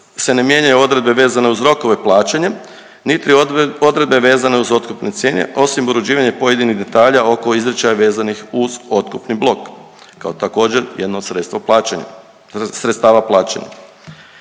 se ne mijenjaju odredbe vezane uz rokove plaćanja niti odredbe vezane uz otkupne cijene osim uređivanja pojedinih detalja oko izričaja vezanih uz otkupni blok kao također jedno sredstvo plaćanja,